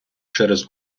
через